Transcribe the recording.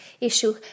issue